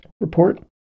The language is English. report